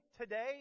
today